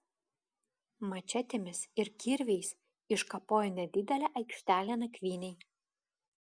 mačetėmis ir kirviais iškapojo nedidelę aikštelę nakvynei